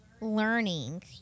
Learning